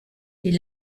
est